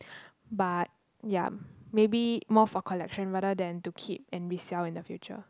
but ya maybe more for collection rather than to keep and resell in the future